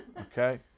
Okay